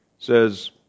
Says